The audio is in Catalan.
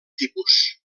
tipus